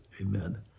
Amen